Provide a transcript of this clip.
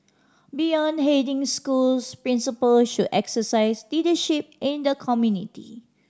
beyond heading schools principal should exercise leadership in the community